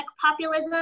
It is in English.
populism